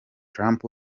trump